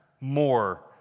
more